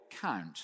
count